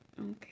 okay